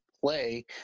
play